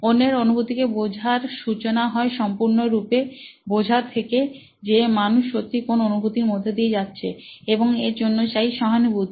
অন্যের অনুভূতি কে বোঝার সূচনা হয় সম্পূর্ণ রূপে বোঝা থেকে যে মানুষ সত্যি কোন অনুভূতির মধ্য দিয়ে যাচ্ছে এবং এর জন্য চাই সহানুভূতি